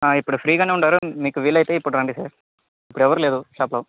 ఇప్పుడు ఫ్రీగానే ఉన్నారు మీకు వీలయితే ఇప్పుడు రండి సార్ ఇప్పుడు ఎవరూ లేరు షాప్లో